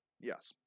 Yes